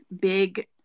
big